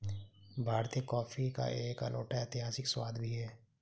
भारतीय कॉफी का एक अनूठा ऐतिहासिक स्वाद भी है